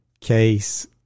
case